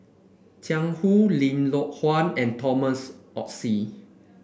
Jiang Hu Lim Loh Huat and Thomas Oxley